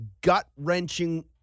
gut-wrenching